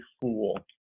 fool